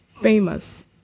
famous